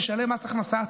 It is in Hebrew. משלם מס הכנסה,